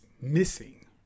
missing